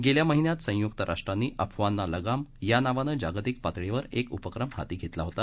गेल्या महिन्यात संयुक्त राष्ट्रांनी अफवांना लगाम नावानं जागतिक पातळीवर एक उपक्रम हाती घेतला होता